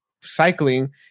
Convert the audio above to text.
cycling